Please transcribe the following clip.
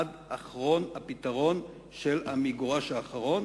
עד אחרון הפתרונות של המגורש האחרון.